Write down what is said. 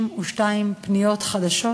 762 פניות חדשות.